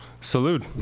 Salute